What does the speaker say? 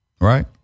Right